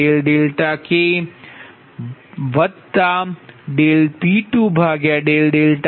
Pnk for k23n